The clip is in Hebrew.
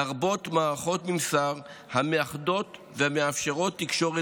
לרבות מערכות ממסר המאחדות ומאפשרות תקשורת